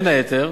בין היתר,